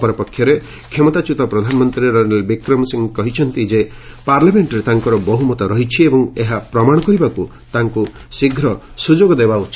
ଅପରପକ୍ଷରେ କ୍ଷମତାଚ୍ୟୁତ ପ୍ରଧାନମନ୍ତ୍ରୀ ରନିଲ ବିକ୍ରମ ସିଂହ କହିଛନ୍ତି ଯେ ପାର୍ଲାମେଣ୍ଟରେ ତାଙ୍କର ବହୁମତ ରହିଛି ଏବଂ ଏହା ପ୍ରମାଣ କରିବାକୁ ତାଙ୍କୁ ଶୀଘ୍ର ସୁଯୋଗ ଦେବା ଉଚିତ